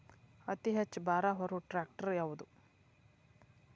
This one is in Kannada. ಅತಿ ಹೆಚ್ಚ ಭಾರ ಹೊರು ಟ್ರ್ಯಾಕ್ಟರ್ ಯಾದು?